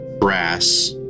brass